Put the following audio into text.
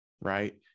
right